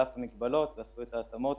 על האף המגבלות עשו את ההתאמות,